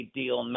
deal